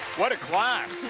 what a class.